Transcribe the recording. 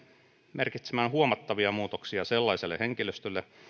merkitsemään huomattavia muutoksia sellaiselle henkilöstölle